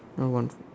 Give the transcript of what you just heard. now what